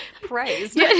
praised